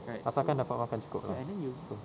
asalkan dapat makan cukup lah betul